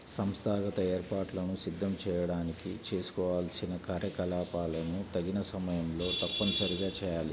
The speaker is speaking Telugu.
సంస్థాగత ఏర్పాట్లను సిద్ధం చేయడానికి చేసుకోవాల్సిన కార్యకలాపాలను తగిన సమయంలో తప్పనిసరిగా చేయాలి